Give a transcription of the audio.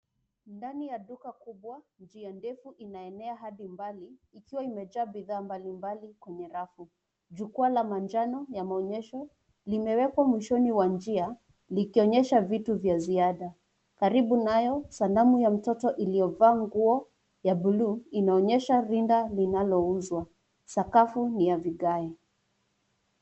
Ndani ya duka kubwa, njia ndefu inaenea hadi mbali, ikiwa imejaa bidhaa mbalimbali kwenye rafu. Jukwaa la manjano la maonyesho limewekwa mwishoni wa njia, likionyesha vitu vya ziada. Karibu nayo, sanamu ya mtoto iliyovaa nguo ya blue inaonyesha rinda linalouzwa. Sakafu ni ya vigae.